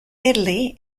italy